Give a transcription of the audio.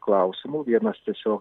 klausimų vienas tiesio